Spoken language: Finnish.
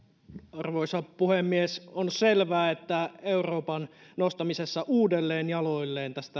arvoisa puhemies on selvää että euroopan nostamisessa uudelleen jaloilleen tästä